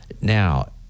now